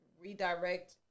redirect